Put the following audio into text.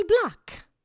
black